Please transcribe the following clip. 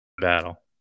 battle